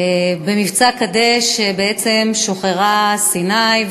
במבצע "קדש" בעצם שוחררו סיני,